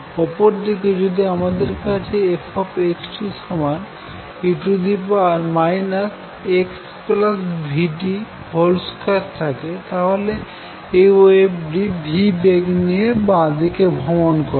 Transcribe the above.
অপরদিকে যদি আমাদের কাছে f x t e xvt2থাকে তাহলে এই ওয়েভটি v বেগ নিয়ে বামদিকে ভ্রমন করবে